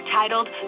titled